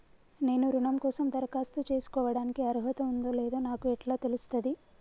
నేను రుణం కోసం దరఖాస్తు చేసుకోవడానికి అర్హత ఉందో లేదో నాకు ఎట్లా తెలుస్తది?